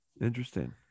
Interesting